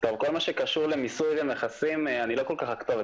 כל מה שקשור למיסוי ומכסים אני לא כל כך הכתובת,